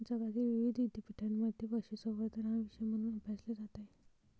जगातील विविध विद्यापीठांमध्ये पशुसंवर्धन हा विषय म्हणून अभ्यासला जात आहे